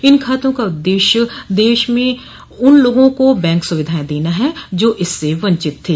इन खातों का उद्देश्य देश के उन लोगों को बैंक सुविधायें देना है जो इससे वंचित थे